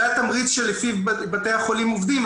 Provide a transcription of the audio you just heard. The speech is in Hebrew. זה התמריץ שלפיו בתי החולים עובדים.